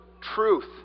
truth